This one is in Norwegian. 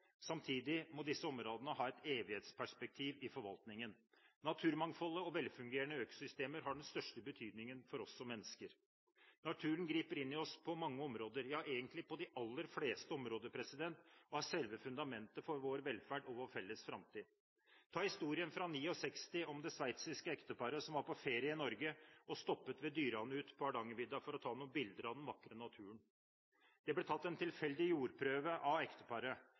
Samtidig må disse områdene ha et evighetsperspektiv i forvaltningen. Naturmangfoldet og velfungerende økosystemer har den største betydningen for oss som mennesker. Naturen griper inn i oss på mange områder, ja egentlig på de aller fleste områder, og er selve fundamentet for vår velferd og vår felles framtid. Ta historien fra 1969 om det sveitsiske ekteparet som var på ferie i Norge og stoppet ved Dyranut på Hardangervidda for å ta bilder av den vakre naturen. Det ble tatt en tilfeldig jordprøve av ekteparet